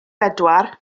bedwar